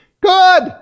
Good